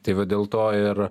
tai va dėl to ir